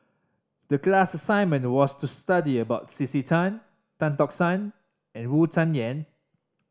the class assignment was to study about C C Tan Tan Tock San and Wu Tsai Yen